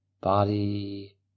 Body